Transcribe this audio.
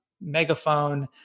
Megaphone